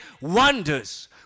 wonders